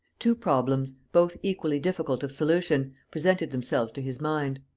two problems, both equally difficult of solution, presented themselves to his mind.